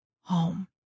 home